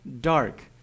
dark